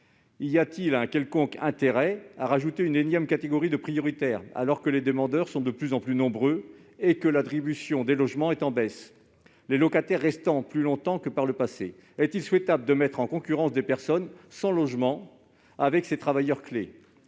Y a-t-il un quelconque intérêt à ajouter une énième catégorie de personnes prioritaires, alors que les demandeurs sont de plus en plus nombreux et que l'attribution des logements est en baisse en raison d'une plus faible rotation que par le passé ? Est-il souhaitable de mettre en concurrence des personnes sans logement et ces travailleurs clés ?